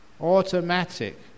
automatic